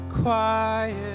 quiet